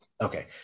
Okay